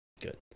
Good